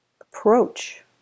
approach